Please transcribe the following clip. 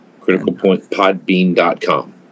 criticalpointpodbean.com